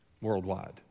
worldwide